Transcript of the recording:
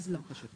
אז לא.